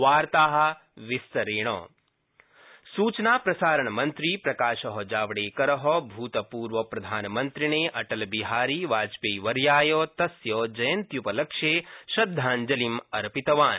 वार्ताः विस्तरेण जावडेकर अटलवर्य सूचनाप्रसारणमन्त्री प्रकाश जावडेकर भूतपूर्वप्रधानमन्त्रिणे अटलबिहारी वाजपेयीवर्ष्याय तस्य जयन्तुपलक्ष्ये श्रद्धाव्जलिं अर्पितवान